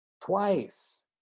twice